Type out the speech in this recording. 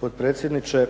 potpredsjedniče.